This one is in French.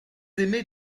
aimez